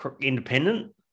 independent